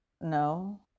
No